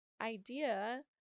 idea